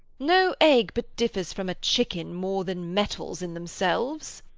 no egg but differs from a chicken more than metals in themselves.